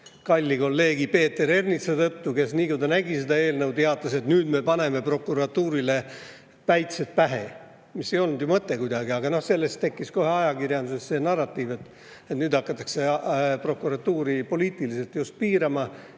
kalli kolleegi Peeter Ernitsa tõttu, kes nii kui ta nägi seda eelnõu, teatas, et nüüd me paneme prokuratuurile päitsed pähe. See ei olnud ju kuidagi selle mõte, aga sellest tekkis ajakirjanduses kohe narratiiv, et nüüd hakatakse prokuratuuri just poliitiliselt piirama,